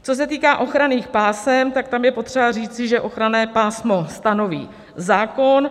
Co se týká ochranných pásem, tak tam je potřeba říci, že ochranné pásmo stanoví zákon.